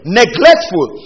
neglectful